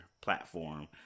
platform